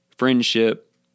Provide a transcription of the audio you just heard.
friendship